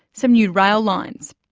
some new rail lines.